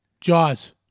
Jaws